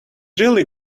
really